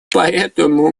поэтому